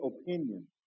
opinion